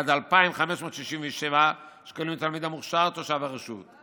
עד 2,567 שקלים לתלמיד המוכש"ר תושב הרשות.